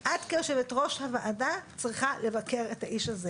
שאת כיושבת-ראש הוועדה צריכה לבקר את האיש הזה.